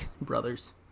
brothers